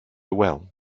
well